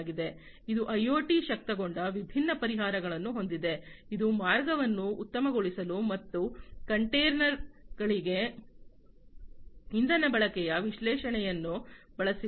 ಇದು ಐಒಟಿ ಶಕ್ತಗೊಂಡ ವಿಭಿನ್ನ ಪರಿಹಾರಗಳನ್ನು ಹೊಂದಿದೆ ಇದು ಮಾರ್ಗವನ್ನು ಉತ್ತಮಗೊಳಿಸಲು ಮತ್ತು ಕಂಟೇನರ್ಗಳಿಗೆ ಇಂಧನ ಬಳಕೆಯ ವಿಶ್ಲೇಷಣೆಯನ್ನು ಬಳಸಿದೆ